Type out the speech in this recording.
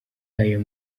ayo